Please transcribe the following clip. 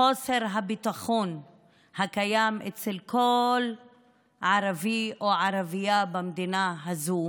חוסר הביטחון הקיים אצל כל ערבי או ערבייה במדינה הזאת,